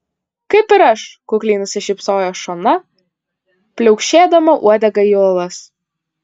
kaip ir aš kukliai nusišypsojo šona pliaukšėdama uodega į uolas